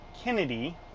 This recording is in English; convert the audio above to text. Kennedy